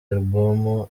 alubumu